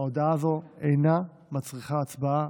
ההודעה הזאת אינה מצריכה הצבעה.